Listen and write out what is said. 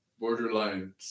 borderline